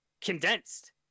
condensed